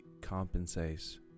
compensate